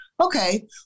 okay